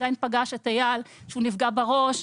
עידן פגש את אייל שהוא נפגע בראש,